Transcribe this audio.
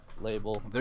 label